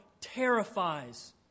terrifies